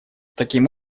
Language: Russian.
таким